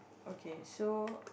okay so